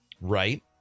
right